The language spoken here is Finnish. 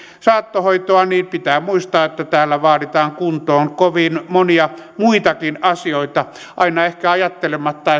saattohoitoa niin pitää muistaa että täällä vaaditaan kuntoon kovin monia muitakin asioita aina ehkä ajattelematta